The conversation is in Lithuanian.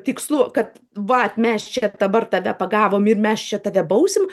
tikslu kad vat mes čia dabar tave pagavom ir mes čia tave bausim